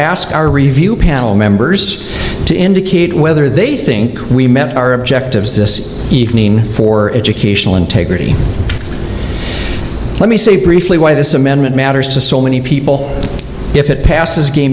ask our review panel members to indicate whether they think we met our objectives this evening for educational integrity let me save briefly why this amendment matters to so many people if it passes gay